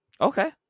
Okay